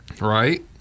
Right